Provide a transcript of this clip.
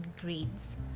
grades